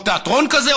או תיאטרון כזה,